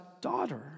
daughter